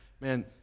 man